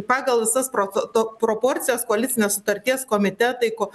pagal visas prot to proporcijas koalicinės sutarties komitetai ko